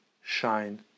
shine